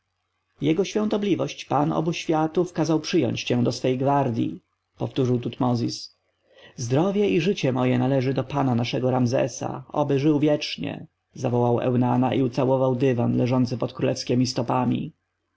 jego świątobliwość pan obu światów kazał przyjąć cię do swej gwardji powtórzył tutmozis zdrowie i życie moje należy do pana naszego ramzesa oby żył wiecznie zawołał eunana i ucałował dywan leżący pod królewskiemi stopami